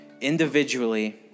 individually